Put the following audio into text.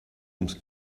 ums